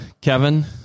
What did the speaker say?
Kevin